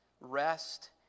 rest